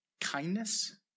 Kindness